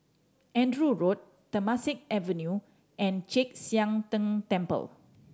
Andrew Road Temasek Avenue and Chek Sian Tng Temple